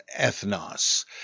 ethnos